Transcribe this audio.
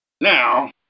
Now